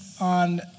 on